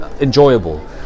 enjoyable